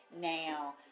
now